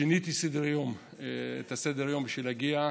שיניתי את סדר-היום בשביל להגיע,